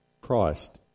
Christ